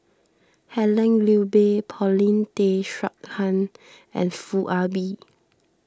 Helen Gilbey Paulin Tay Straughan and Foo Ah Bee